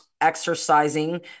exercising